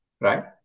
right